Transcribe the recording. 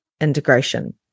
integration